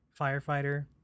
firefighter